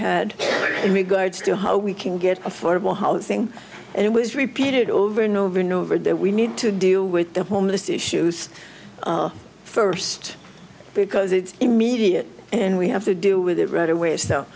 in regards to how we can get affordable housing and it was repeated over and over and over that we need to deal with the homeless issues first because it's immediate and we have to do with it right away so